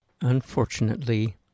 Unfortunately